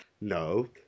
No